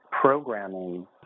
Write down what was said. programming